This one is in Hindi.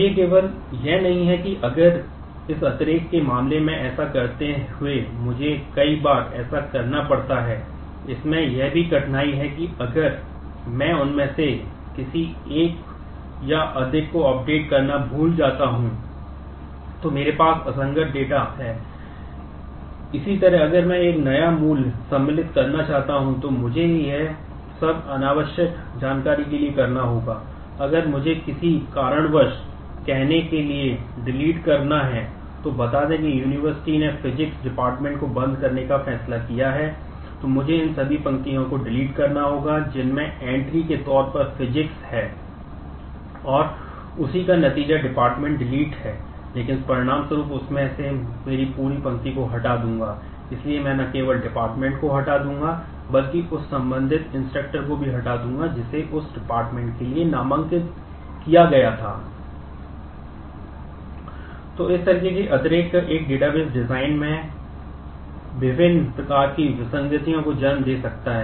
तो यह केवल यह नहीं है कि अगर इस अतिरेक के लिए नामांकित किया गया था